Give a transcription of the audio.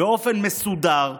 באופן מסודר,